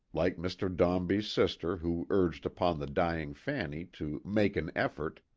like mr. dombey's sister who urged upon the dying fanny to make an effort,